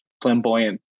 flamboyant